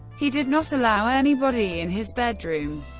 he did not allow anybody in his bedroom,